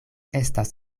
estas